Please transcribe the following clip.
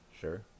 Sure